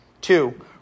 Two